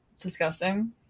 Disgusting